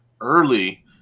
early